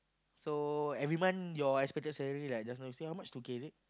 so every month your expected salary like just gonna say how much two K is it